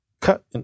cut